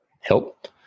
help